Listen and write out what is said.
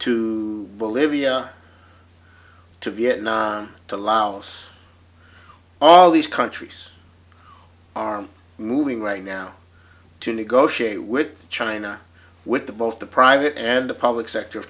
to bolivia to vietnam to laos all these countries are moving right now to negotiate with china with the both the private and the public sector of